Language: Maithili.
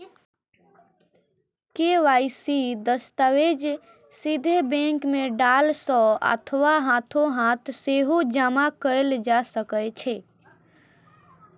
के.वाई.सी दस्तावेज सीधे बैंक कें डाक सं अथवा हाथोहाथ सेहो जमा कैल जा सकै छै